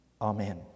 Amen